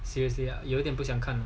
seriously 有点不想看